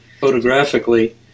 photographically